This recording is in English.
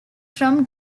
from